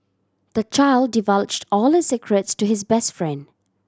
the child divulged all his secrets to his best friend